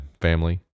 family